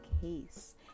case